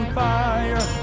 fire